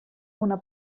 una